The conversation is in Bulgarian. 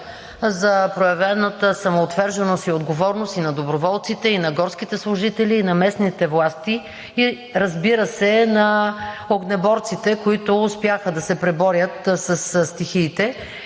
за проявената самоотверженост и отговорност – и на доброволците, и на горските служители, и на местните власти, и, разбира се, на огнеборците, които успяха да се преборят със стихиите.